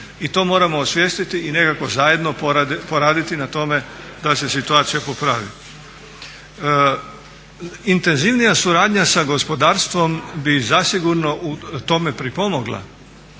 I to moramo osvijestiti i nekako zajedno poraditi na tome da se situacija popravi. Intenzivnija suradnja sa gospodarstvom bi zasigurno u tome pripomogla.